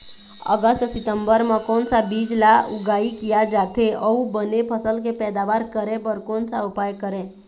अगस्त सितंबर म कोन सा बीज ला उगाई किया जाथे, अऊ बने फसल के पैदावर करें बर कोन सा उपाय करें?